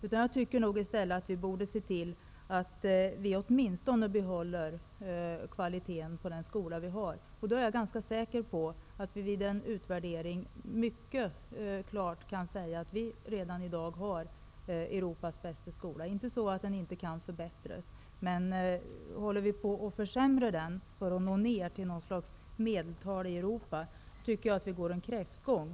Vi borde i stället se till att vi åtminstone behåller den kvalitet som vi har på vår skola. Jag är ganska säker på att en utvärdering skulle visa att vi redan i dag har Europas bästa skola. Den är inte så bra att den inte kan förbättras, men om vi försöker uppnå något slags medeltal för Europa, anser jag att vi går en kräftgång.